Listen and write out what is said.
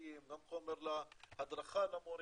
גם חומר הדרכה למורים,